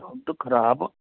ਦੁੱਧ ਖ਼ਰਾਬ